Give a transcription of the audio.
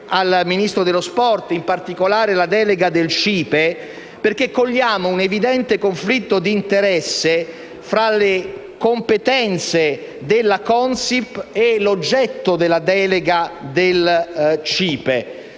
al Ministro dello sport e, in particolare, la delega del CIPE, perché cogliamo un evidente conflitto di interesse tra le competenze della Consip e l'oggetto della delega del CIPE